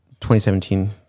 2017